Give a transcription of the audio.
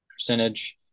percentage